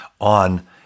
on